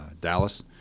dallas